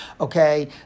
okay